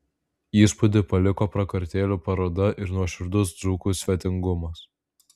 įspūdį paliko prakartėlių paroda ir nuoširdus dzūkų svetingumas